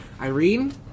Irene